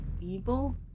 evil